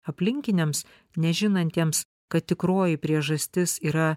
aplinkiniams nežinantiems kad tikroji priežastis yra